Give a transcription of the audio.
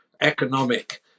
economic